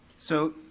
so,